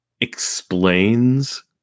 explains